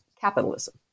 capitalism